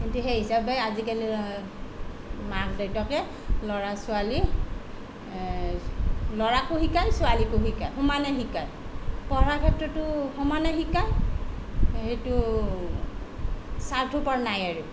কিন্তু সেই হিচাপে আজিকালি মা দেউতাকে ল'ৰা ছোৱালী ল'ৰাকো শিকায় ছোৱালীকো শিকায় সমানে শিকায় পঢ়া ক্ষেত্ৰতো সমানে শিকায় সেইটো স্বাৰ্থপৰ নাই আৰু